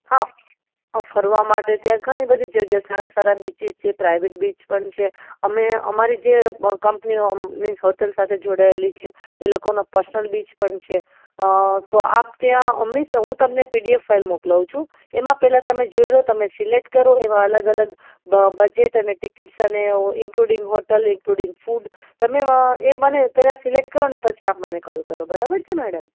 હા ફરવા માટે ત્યાં ઘણી બધી જગ્યા સારા સારા બીચીસ છે પ્રાઇવેટ બીચ પણ છે અમે અમારી જે કંપનીઓ મિન્સ હોટલ સાથે જોડાયેલી છે એ લોકોનો પર્સનલ બીચ પણ છે તો આપ ત્યાં મીન્સ હું તમને પીડેએફ ફાઇલ મોકલાવું છું એમાં પહેલાં તમે જોઈ લો તમે સિલેક્ટ કરો એવા અલગ અલગ બજેટ અને ટિકિટ અને ઇન્ક્લુડિંગ હોટલ ઇન્ક્લુડિંગ ફૂડ તમે એ મને બધા સિલેક્ટ કરો ને પછી આપ મને કોલ કરો બરાબર છે મેડમ